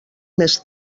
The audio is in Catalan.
més